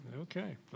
Okay